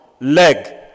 leg